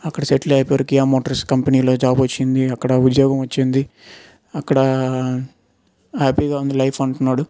అక్కడ సెటిల్ అయిపోయారు Kia Motors కంపెనీలో జాబ్ వచ్చింది అక్కడ ఉద్యోగం వచ్చింది అక్కడ హ్యాపీగా ఉంది లైఫ్ అంటున్నాడు